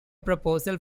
proposal